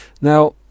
Now